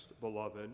beloved